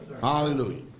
Hallelujah